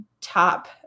top